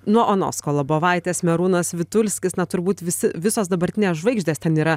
nuo onos kolobovaitės merūnas vitulskis na turbūt visi visos dabartinės žvaigždės ten yra